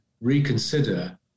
reconsider